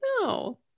No